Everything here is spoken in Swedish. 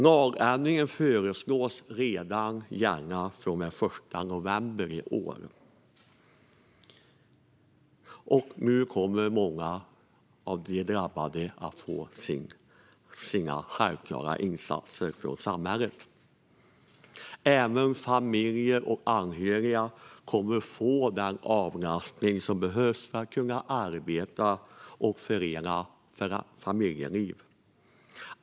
Lagändringen föreslås gälla redan från den 1 november i år. Nu kommer många av de drabbade att få dessa självklara insatser från samhället. Även familjer och anhöriga kommer att få den avlastning som behövs för att de ska kunna förena arbete med familjeliv.